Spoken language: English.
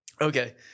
Okay